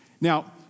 Now